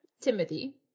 Timothy